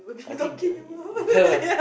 I think the